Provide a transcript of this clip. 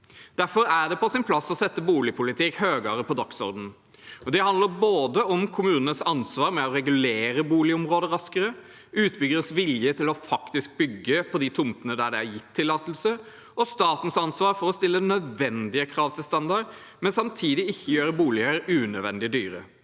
Derfor er det på sin plass å sette boligpolitikk høyere på dagsordenen. Det handler både om kommunenes ansvar for å regulere boligområder raskere, om utbyggeres vilje til faktisk å bygge på de tomtene der det er gitt tillatelse, og om statens ansvar for å stille nødvendige krav til standard, men samtidig ikke gjøre boliger unødvendig dyre.